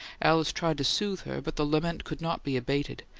alice tried to soothe her, but the lament could not be abated,